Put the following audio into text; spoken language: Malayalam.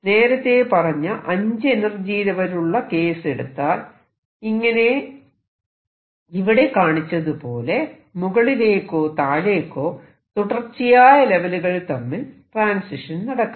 നേരത്തെ പറഞ്ഞ 5 എനർജി ലെവലുള്ള കേസ് എടുത്താൽ ഇങ്ങനെ ഇവിടെ കാണിച്ചതുപോലെ മുകളിലേക്കോ താഴേക്കോ തുടർച്ചയായ ലെവലുകൾ തമ്മിൽ ട്രാൻസിഷൻ നടക്കാം